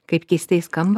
kaip keistai skamba